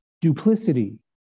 duplicity